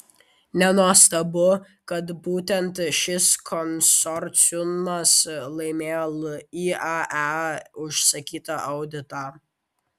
nenuostabu kad būtent šis konsorciumas laimėjo iae užsakytą auditą